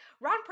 Ron